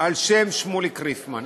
על שם שמוליק ריפמן.